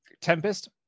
tempest